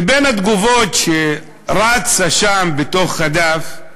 בין התגובות שרצו שם בתוך הדף,